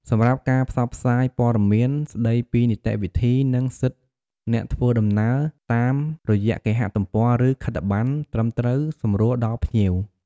សម្រាប់ការផ្សព្វផ្សាយព័ត៌មានស្តីពីនីតិវិធី និងសិទ្ធិអ្នកធ្វើដំណើរតាមរយៈគេហទំព័រ ឬខិត្តប័ណ្ណត្រឹមត្រូវសម្រួលដល់ភ្ញៀវ។